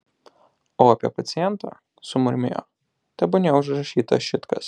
o apie pacientę sumurmėjo tebūnie užrašyta šit kas